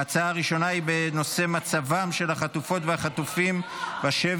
ההצעה הראשונה היא בנושא: מצבם של החטופות והחטופים בשבי